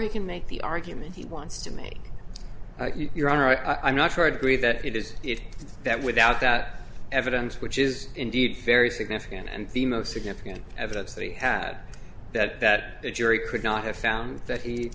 he can make the argument he wants to make your honor i'm not sure i agree that it is it that without that evidence which is indeed very significant and the most significant evidence that he had that that the jury could not have found that he